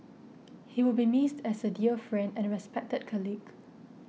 he will be missed as a dear friend and respected colleague